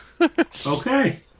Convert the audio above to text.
Okay